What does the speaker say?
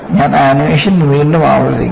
ഞാൻ ആനിമേഷൻ വീണ്ടും ആവർത്തിക്കും